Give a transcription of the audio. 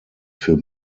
für